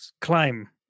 climb